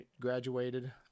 graduated